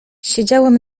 siedziałem